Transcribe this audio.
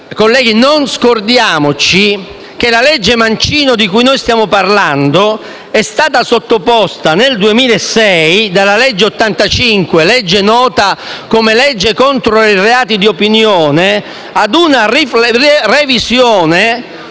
colleghi, che non bisogna dimenticare che la legge Mancino, di cui stiamo parlando, è stata sottoposta nel 2006, dalla legge n. 85, nota come legge contro i reati di opinione, ad una revisione